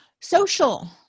Social